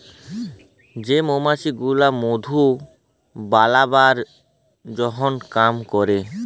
যে মমাছি গুলা মধু বালাবার জনহ কাম ক্যরে